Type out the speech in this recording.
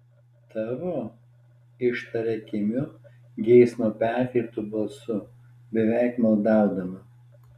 tavo ištaria kimiu geismo perkreiptu balsu beveik maldaudama